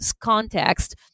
context